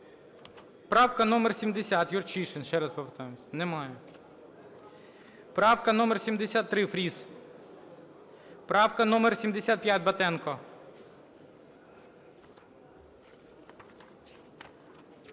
Правка номер 70,